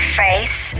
face